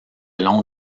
long